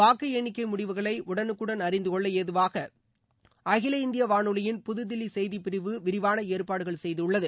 வாக்கு எண்ணிக்கை முடிவுகளை உடனுக்குடன் அறிந்து கொள்ள ஏதுவாக அகில இந்திய வானொலியின் புதுதில்லி செய்திப்பிரிவு விரிவான ஏற்பாடுகள் செய்துள்ளது